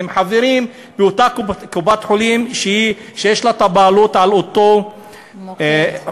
הם חברים באותה קופת-חולים שיש לה בעלות על אותו בית-חולים.